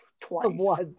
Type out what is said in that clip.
twice